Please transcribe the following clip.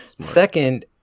second